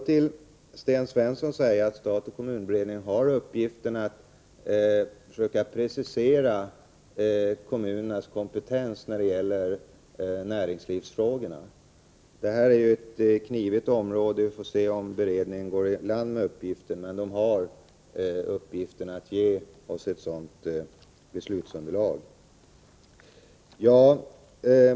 Till Sten Svensson vill jag säga att stat-kommun-beredningen har uppgiften att försöka precisera kommunernas kompetens när det gäller näringslivsfrågorna. Det här är ett knivigt område, och vi får se om beredningen går i land med uppgiften att ge oss ett beslutsunderlag.